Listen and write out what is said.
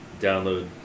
download